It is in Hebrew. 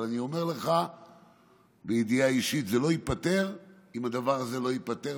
אבל אני אומר לך מידיעה אישית: זה לא ייפתר אם הדבר הזה לא ייפתר,